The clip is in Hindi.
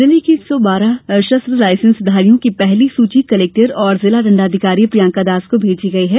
जिले के एक सौ बारह शस्त्र लायसेंसधारियों की पहली सूची कलेक्टर एवं जिला दण्डाधिकारी प्रियंका दास को भेजी गई है